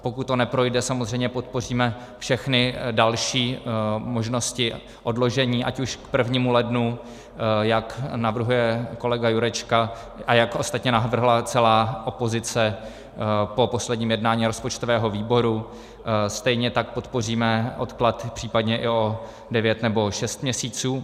Pokud to neprojde, samozřejmě podpoříme všechny další možnosti odložení, ať už k 1. lednu, jak navrhuje kolega Jurečka a jak ostatně navrhla celá opozice po posledním jednání rozpočtového výboru, stejně tak podpoříme odklad případně i o devět nebo šest měsíců.